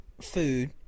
food